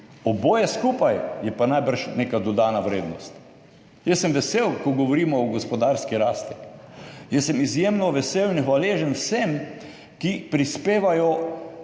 oboje skupaj je pa najbrž neka dodana vrednost. Jaz sem vesel, ko govorimo o gospodarski rasti, jaz sem izjemno vesel in hvaležen vsem, ki prispevajo